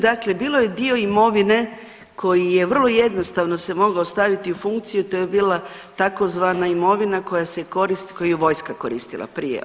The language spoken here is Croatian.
Dakle, bio je dio imovine koji je vrlo jednostavno se mogao staviti u funkciju to je bila tzv. imovina koja se, koju je vojska koristila prije.